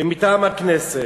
ומטעם הכנסת,